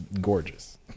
gorgeous